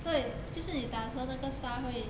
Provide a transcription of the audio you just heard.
对就是你打的时候那个沙会